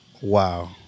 Wow